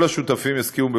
כל השותפים יסכימו,